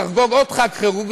נחגוג עוד חג חירות,